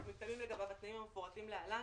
ומתקיימים לגביו התנאים המפורטים להלן,